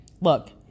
Look